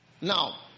Now